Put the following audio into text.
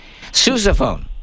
Sousaphone